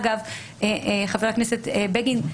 אגב, חבר הכנסת בגין,